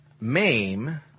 MAME